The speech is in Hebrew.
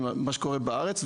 זה מה שקורה בארץ.